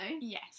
Yes